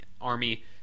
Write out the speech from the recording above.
army